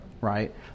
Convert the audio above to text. right